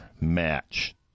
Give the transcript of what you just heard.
match